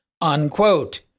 unquote